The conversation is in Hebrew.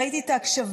ראיתי את ההקשבה,